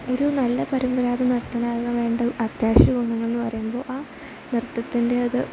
ഒരു നല്ല പരമ്പരാഗത നർത്തനാകാൻ വേണ്ടത് അത്യാവശ്യ ഗുണണങ്ങൾ എന്നു പറയുമ്പോൾ ആ നൃത്തത്തിൻ്റെ ഒരു